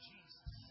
Jesus